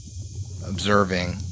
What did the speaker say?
observing